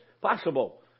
possible